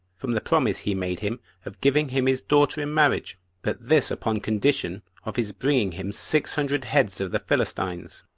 from the promise he made him of giving him his daughter in marriage but this upon condition of his bringing him six hundred heads of the philistines.